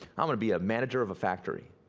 i'm gonna be a manager of a factory.